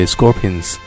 Scorpions